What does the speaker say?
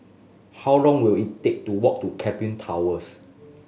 how long will it take to walk to Keppel Towers